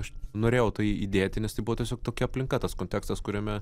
aš norėjau tai įdėti nes tai buvo tiesiog tokia aplinka tas kontekstas kuriame